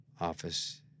office